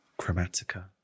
Chromatica